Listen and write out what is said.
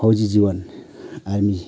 फौजी जीवन आर्मी